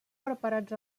preparats